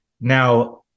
Now